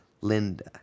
Linda